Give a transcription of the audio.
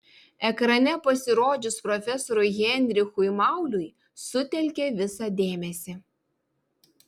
ekrane pasirodžius profesoriui heinrichui mauliui sutelkė visą dėmesį